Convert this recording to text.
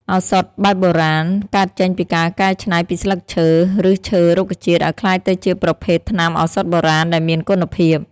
ឱសថបែបបុរាណ កើតចេញពីការកែច្នៃពីស្លឹកឈើ ឬសឈើរុក្ខជាតិឲ្យក្លាយទៅជាប្រភេទថ្នាំឱសថបុរាណដែលមានគុណភាព។